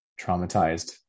traumatized